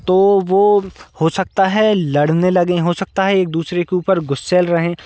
तो वह हो सकता है लड़ने लगें हो सकता है एक दूसरे के ऊपर गुस्सैल रहें